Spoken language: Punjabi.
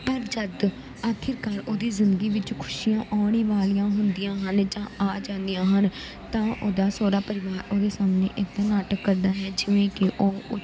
ਪਰ ਜਦ ਆਖਿਰਕਾਰ ਉਹਦੀ ਜ਼ਿੰਦਗੀ ਵਿੱਚ ਖੁਸ਼ੀਆਂ ਆਉਣ ਹੀ ਵਾਲੀਆਂ ਹੁੰਦੀਆਂ ਹਨ ਜਾਂ ਆ ਜਾਂਦੀਆਂ ਹਨ ਤਾਂ ਉਹਦਾ ਸਹੁਰਾ ਪਰਿਵਾਰ ਉਹਦੇ ਸਾਹਮਣੇ ਇੱਦਾਂ ਨਾਟਕ ਕਰਦਾ ਹੈ ਜਿਵੇਂ ਕਿ ਉਹ